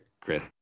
Chris